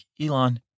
Elon